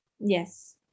Yes